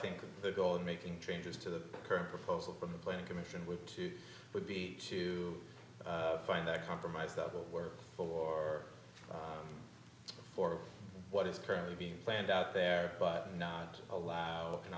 think they go in making changes to the current proposal from the planning commission which would be to find a compromise that will work or for what is currently being planned out there but not allow an